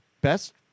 best